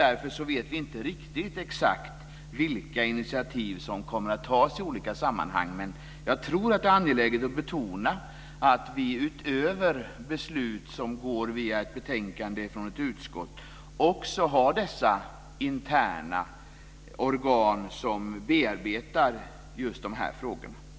Därför vet vi inte riktigt exakt vilka initiativ som kommer att tas i olika sammanhang, men jag tror att det är angeläget att betona att vi utöver beslut som går via ett betänkande från ett utskott också har dessa interna organ som bearbetar just de här frågorna.